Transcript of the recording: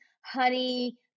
honey